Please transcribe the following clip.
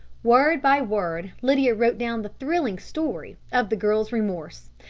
word by word lydia wrote down the thrilling story of the girl's remorse,